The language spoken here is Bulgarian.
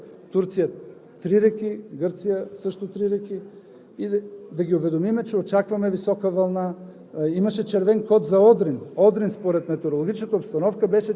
през Външно министерство, както са нашите спогодби с Турция и с Гърция– в Турция три реки, в Гърция също три реки, и да ги уведомим, че очакваме висока вълна.